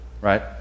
right